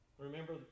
Remember